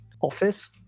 office